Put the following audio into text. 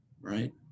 Right